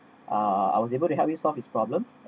uh I was able to help you solve his problem